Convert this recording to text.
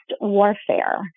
warfare